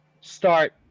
start